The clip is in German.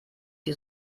die